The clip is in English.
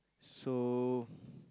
so